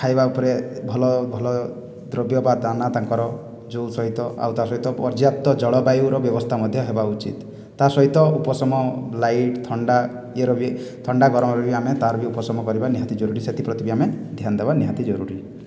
ଖାଇବା ଉପରେ ଭଲ ଭଲ ଦ୍ରବ୍ୟ ବା ଦାନା ତାଙ୍କର ଯେଉଁ ସହିତ ଆଉ ତା' ସହିତ ପର୍ଯ୍ୟାପ୍ତ ଜଳବାୟୁର ବ୍ୟବସ୍ଥା ମଧ୍ୟ ହେବା ଉଚିତ ତା ସହିତ ଉପଶମ ଲାଇଟ ଥଣ୍ଡା ଇଏର ବି ଥଣ୍ଡା ଗରମର ବି ଆମେ ତାର ବି ଉପଶମ କରିବା ନିହାତି ଜରୁରୀ ସେଥିପ୍ରତି ବି ଆମେ ଧ୍ୟାନ ଦେବା ନିହାତି ଜରୁରୀ